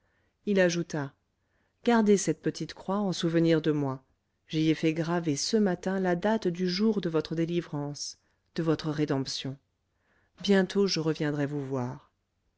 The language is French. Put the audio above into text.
il ajouta gardez cette petite croix en souvenir de moi j'y ai fait graver ce matin la date du jour de votre délivrance de votre rédemption bientôt je reviendrai vous voir